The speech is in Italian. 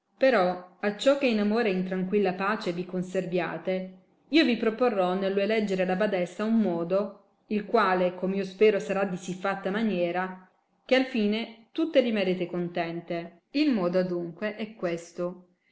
però acciò che in amore e in tranquilla pace vi conserviate io vi proporrò nello eleggere la badessa un modo il quale come io spero sarà di si fatta maniera che al fine tutte rimarrete contente il modo adunque é questo